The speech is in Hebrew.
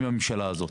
עם הממשלה הזאת.